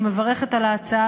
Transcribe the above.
אני מברכת על ההצעה,